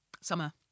Summer